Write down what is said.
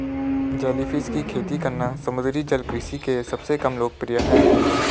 jellyfish की खेती करना समुद्री जल कृषि के सबसे कम लोकप्रिय है